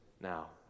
now